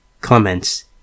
Comments